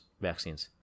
vaccines